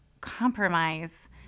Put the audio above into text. compromise